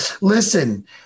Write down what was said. Listen